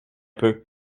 peu